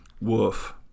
Woof